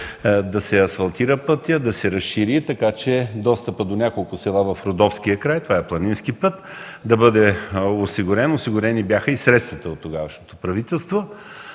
да се асфалтира пътят, да се разшири, така че достъпът до няколко села в родопския край – това е планински път, да бъде осигурен. Осигурени бяха и средствата от тогавашното правителство.